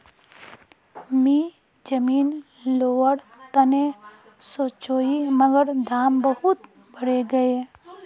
मी जमीन लोवर तने सोचौई मगर दाम बहुत बरेगये